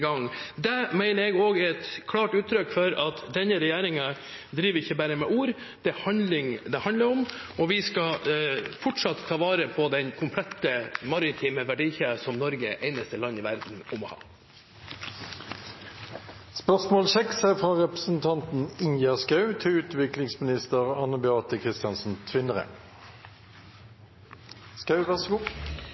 gang. Det mener jeg også er et klart uttrykk for at denne regjeringen ikke bare driver med ord, det er handling det handler om. Vi skal fortsatt ta vare på den komplette maritime verdikjeden som Norge er eneste land i verden om å ha. «Statsråden sa i muntlig spørretime 24. november at midler til